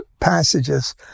passages